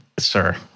Sir